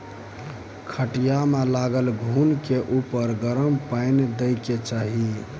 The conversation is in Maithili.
खटिया मे लागल घून के उपर गरम पानि दय के चाही